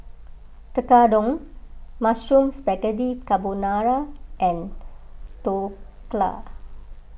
Tekkadon Mushroom Spaghetti Carbonara and Dhokla